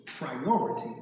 priority